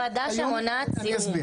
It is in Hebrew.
הפרדה שמונעת עירוב.